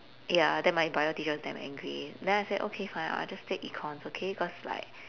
ya then my bio teacher was damn angry then I said okay fine I'll just take econs okay cause like